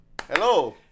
Hello